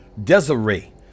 Desiree